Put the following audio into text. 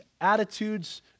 attitudes